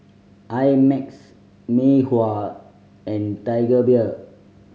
I Max Mei Hua and Tiger Beer